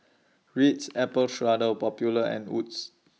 Ritz Apple Strudel Popular and Wood's